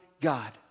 God